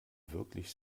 wirklich